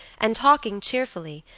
and talking cheerfully,